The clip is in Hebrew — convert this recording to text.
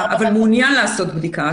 אבל למה זה לא מופיע פה?